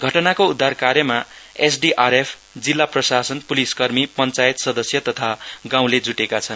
घटनाको उदार कार्यमा एसडीआरएफ जिल्ला प्रशासन प्लिसकर्मी पञ्चायत सदस्य तथा गाउँले ज्टेका छन्